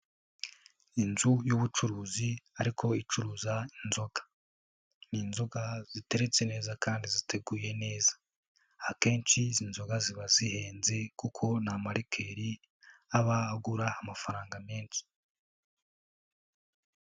Inzu y'ubucuruzi ariko icuruza inzoga. Ni inzoga ziteretse neza kandi ziteguye neza. Akenshi izi nzoga ziba zihenze kuko ni amarikeri aba agura amafaranga menshi.